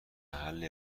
محل